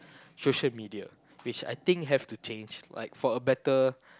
social media which I think has to change like for a better